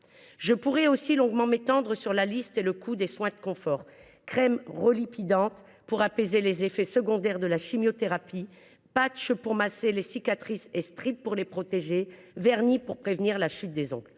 Je pourrais aussi longuement m’étendre sur la liste et le coût des soins de confort : crèmes relipidantes pour apaiser les effets secondaires de la chimiothérapie, patchs pour masser les cicatrices et strips pour les protéger, vernis pour prévenir la chute des ongles,